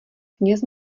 kněz